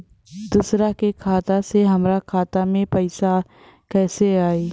दूसरा के खाता से हमरा खाता में पैसा कैसे आई?